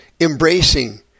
embracing